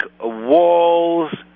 walls